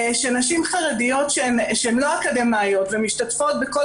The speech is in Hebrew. שנשים חרדיות שהן לא אקדמאיות ומשתתפות בכל